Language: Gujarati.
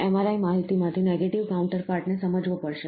MRI માહિતીમાંથી નેગેટિવ કાઉન્ટરપાર્ટ ને સમજવો પડશે